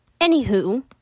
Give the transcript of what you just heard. Anywho